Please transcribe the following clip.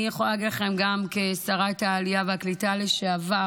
אני יכולה להגיד לכם גם כשרת העלייה והקליטה לשעבר,